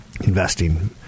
Investing